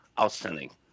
outstanding